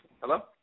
Hello